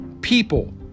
people